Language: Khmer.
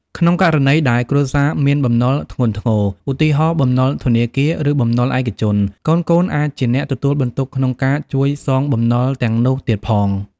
ក្នុងករណីដែលគ្រួសារមានបំណុលធ្ងន់ធ្ងរ ឧទាហរណ៍ បំណុលធនាគារ ឬ បំណុលឯកជន កូនៗអាចជាអ្នកទទួលបន្ទុកក្នុងការជួយសងបំណុលទាំងនោះទៀតផង។